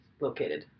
located